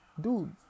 dude